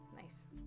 Nice